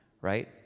right